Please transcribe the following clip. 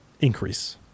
increase